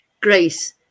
Grace